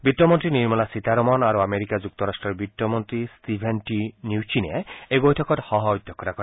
বিত্তমন্তী নিৰ্মলা সীতাৰমণ আৰু আমেৰিকা যুক্তৰট্টৰ বিত্তমন্তী ষ্টিভেন টি ন্যচিনে এই বৈঠকত সহঃ অধ্যক্ষতা কৰে